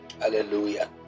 Hallelujah